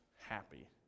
happy